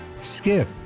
Skip